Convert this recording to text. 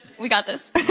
we got this.